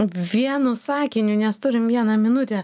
vienu sakiniu nes turim vieną minutę